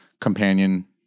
companion